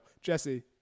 Jesse